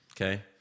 Okay